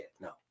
no